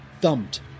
thumped